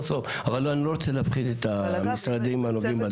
אבל אני לא רוצה להפחיד את המשרדים הנוגעים בדבר.